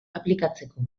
aplikatzeko